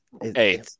Hey